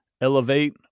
elevate